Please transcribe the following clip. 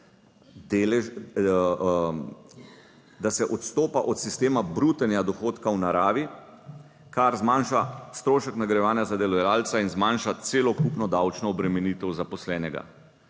da se odstopa od sistema brutenja dohodka v naravi, kar zmanjša strošek nagrajevanja za delodajalca in zmanjša celokupno davčno obremenitev zaposlenega.